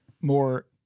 more